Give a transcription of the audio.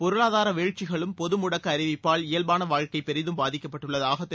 பொருளாதார வீழ்ச்சிகளும் பொது முடக்க அறிவிப்பால் இயல்பாள வாழ்க்கை பெரிதும் பாதிக்கப்பட்டுள்ளதாக திரு